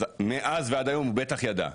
מאז ועד היום הוא בטח ידע,